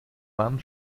mann